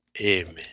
Amen